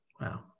Wow